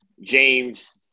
James